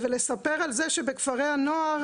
חשוב לי לספר שבכפרי הנוער,